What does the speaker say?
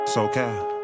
SoCal